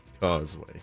Causeway